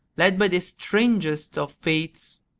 led by the strangest of fates,